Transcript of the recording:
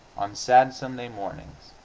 on sad sunday mornings,